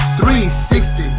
360